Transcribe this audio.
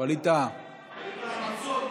ווליד טאהא, מנסור,